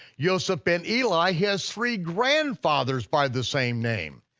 yoseph ben eli has three grandfathers by the same name.